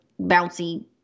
bouncy